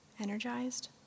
energized